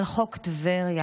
על חוק טבריה,